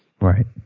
Right